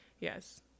Yes